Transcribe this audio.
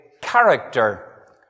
character